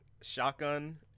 shotgun